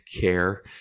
care